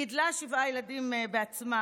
גידלה שבעה ילדים בעצמה,